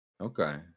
okay